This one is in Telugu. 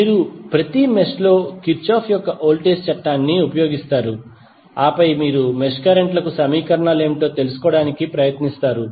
మీరు ప్రతి మెష్ లో కిర్చోఫ్ యొక్క వోల్టేజ్ చట్టాన్ని ఉపయోగిస్తారు ఆపై మీరు ఆ మెష్ కరెంట్ లకు సమీకరణాలు ఏమిటో తెలుసుకోవడానికి ప్రయత్నిస్తారు